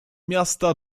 miasta